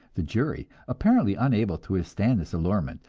the jury, apparently unable to withstand this allurement,